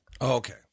Okay